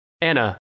Anna